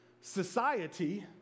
Society